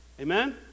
amen